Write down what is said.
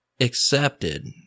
accepted